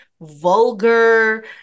vulgar